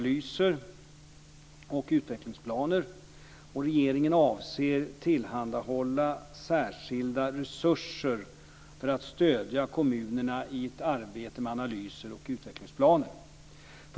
Regeringen avser tillhandahålla särskilda resurser för att stödja kommunerna i ett arbete med analyser och utvecklingsplaner.